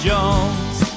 Jones